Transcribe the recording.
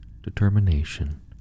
determination